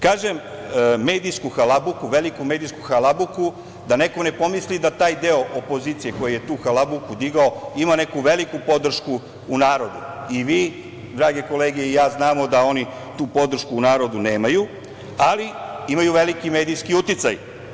Kažem veliku medijsku halabuku, da neko ne pomisli da taj deo opozicije koji je tu halabuku podigao ima neku veliku podršku u narodu i vi drage kolege, i ja znamo da oni tu podršku u narodu nemaju, ali imaju veliki medijski uticaj.